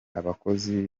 abakozi